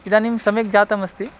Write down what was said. इदानीं सम्यक् जातमस्ति